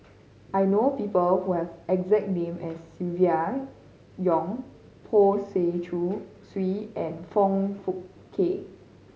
I know people who have exact name as Silvia Yong Poh Swee and Foong Fook Kay